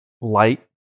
light